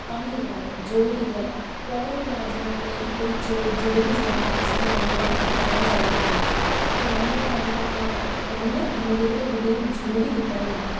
പണിയില്ലാതെ ജോലിയില്ലാതെ പുറം രാജ്യങ്ങളിലേക്ക് പോയി ജോ ജോലി ചെയ്യണ്ട അവസ്ഥ നമ്മളിവിടെ കാണാൻ സാധിക്കുന്നുണ്ട് അത് രണ്ട് കരണങ്ങളാണ് ഉള്ളത് ഒന്ന് ഇന്ത്യയിലെവിടെയും ജോലി കിട്ടാനില്ല